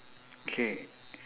holding something